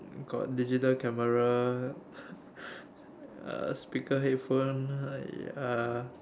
got digital camera uh speaker headphone uh ya